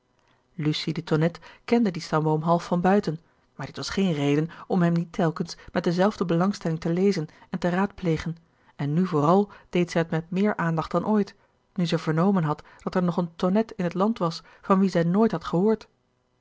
lucie de tonnette kende dien stamboom half van buiten maar dit was geen reden om hem niet telkens met dezelfde belangstelling te lezen en te raadplegen en nu vooral deed zij het met gerard keller het testament van mevrouw de tonnette meer aandacht dan ooit nu zij vernomen had dat er nog een tonnette in het land was van wien zij nooit had gehoord